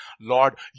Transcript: Lord